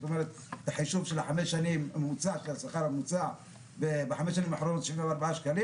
זאת אומרת חישוב של השכר הממוצע בחמש שנים האחרונות 74 שקלים